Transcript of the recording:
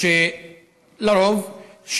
לרוב.